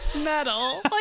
metal